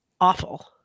awful